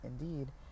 indeed